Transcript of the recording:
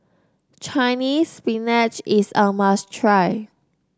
Chinese Spinach is a must try